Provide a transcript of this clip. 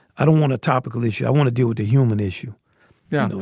i don't want a topical issue. i want to deal with the human issue yeah.